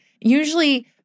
Usually